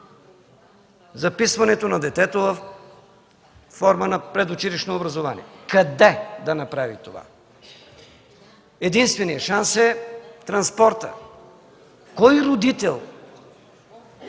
записването на детето във форма на предучилищно образование. Къде да направи това? Единственият шанс е транспортът. Кой родител